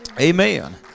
Amen